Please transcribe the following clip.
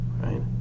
right